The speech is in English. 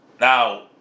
Now